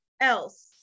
else